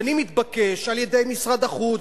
שאני מתבקש על-ידי משרד החוץ,